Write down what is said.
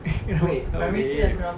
rambut kau wave